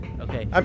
Okay